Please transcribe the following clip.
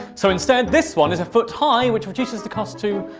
so instead this one is a foot high which reduces the cost to,